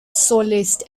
socialist